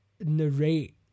narrate